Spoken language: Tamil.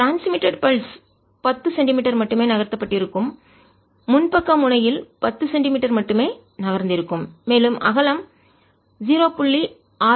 ட்ரான்ஸ்மிட்டடு கடத்தப்பட்டது பல்ஸ் துடிப்பு 10 சென்டிமீட்டர் மட்டுமே நகர்த்தப்பட்டிருக்கும்முன்பக்க முனையில் 10 சென்டிமீட்டர் மட்டுமே நகர்ந்திருக்கும் மேலும் அகலம் 0